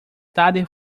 tarde